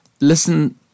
listen